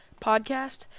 podcast